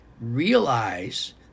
realize